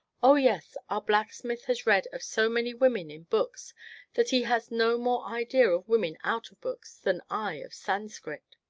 oh, yes our blacksmith has read of so many women in books that he has no more idea of women out of books than i of sanscrit.